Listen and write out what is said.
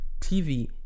TV